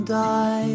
die